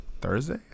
Thursday